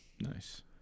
Nice